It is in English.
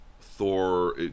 Thor